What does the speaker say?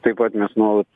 tai pat mes nuolat